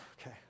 Okay